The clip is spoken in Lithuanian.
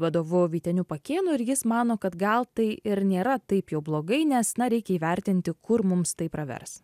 vadovu vyteniu pakėnu ir jis mano kad gal tai ir nėra taip jau blogai nes na reikia įvertinti kur mums tai pravers